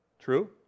True